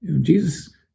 Jesus